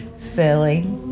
Silly